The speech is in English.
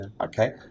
Okay